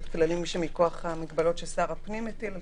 כלומר כללים מכוח המגבלות ששר הפנים הטיל על